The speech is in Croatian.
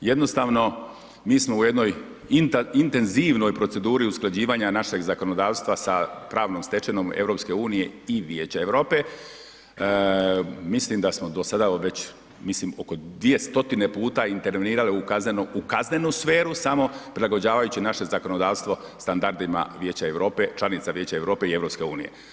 Jednostavno, mi smo u jednoj intenzivnoj proceduri usklađivanja našeg zakonodavstva sa pravnom stečevinom EU i vijeća EU, mislim da smo do sada već mislim oko 2 stotine puta intervenirali u kaznenu sferu samo prilagođavajući naše zakonodavstvo standardima Vijeća EU, članica Vijeća EU i EU.